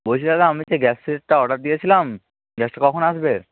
বলছি দাদা আমি যে গ্যাস সেটটা অর্ডার দিয়েছিলাম গ্যাসটা কখন আসবে